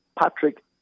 Patrick